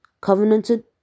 covenanted